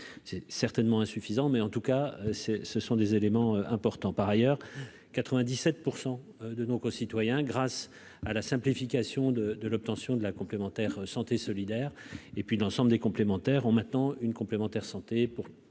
c'est certainement insuffisant, mais en tout cas c'est ce sont des éléments importants par ailleurs 97 % de nos concitoyens, grâce à la simplification de de l'obtention de la complémentaire santé solidaire et puis l'ensemble des complémentaires ont maintenant une complémentaire santé